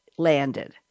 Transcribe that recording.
landed